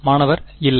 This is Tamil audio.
மாணவர் இல்லை